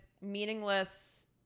meaningless